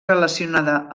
relacionada